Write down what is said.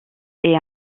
est